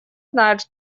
знают